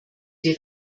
die